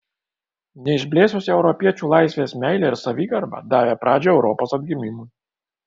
neišblėsusi europiečių laisvės meilė ir savigarba davė pradžią europos atgimimui